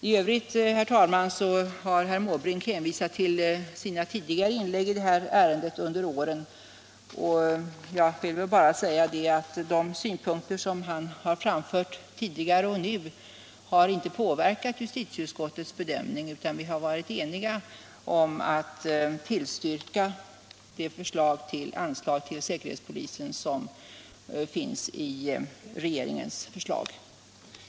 I övrigt, herr talman, har herr Måbrink hänvisat till sina tidigare inlägg under åren, och jag vill bara säga att de synpunkter som han framfört tidigare inte har påverkat justitieutskottets bedömning, utan vi har i utskottet varit eniga om att tillstyrka det förslag till anslag till säkerhetspolisen som finns i regeringens proposition.